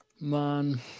Man